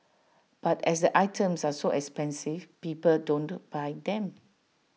but as the items are so expensive people don't buy them